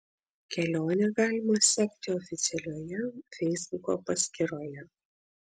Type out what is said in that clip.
kelionę galima sekti oficialioje feisbuko paskyroje